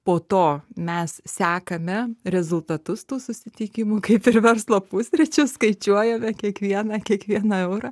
po to mes sekame rezultatus tų susitikimų kaip ir verslo pusryčius skaičiuojame kiekvieną kiekviena eurą